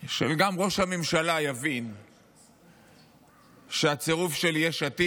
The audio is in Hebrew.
לכך שגם ראש הממשלה יבין שהצירוף של יש עתיד